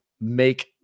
make